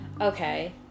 Okay